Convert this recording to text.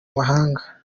mahanga